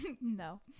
No